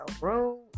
room